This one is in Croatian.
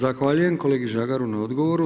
Zahvaljujem kolegi Žagar u na odgovoru.